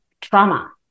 trauma